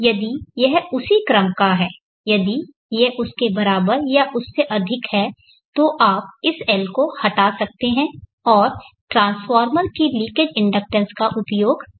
यदि यह उसी क्रम का है यदि यह उसके बराबर या उससे अधिक है तब आप इस L को हटा सकते हैं और ट्रांसफार्मर के लीकेज इंडक्टेंस का उपयोग कर सकते हैं